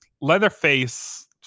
Leatherface